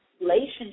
relationship